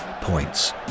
points